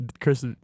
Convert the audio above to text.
Chris